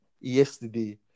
yesterday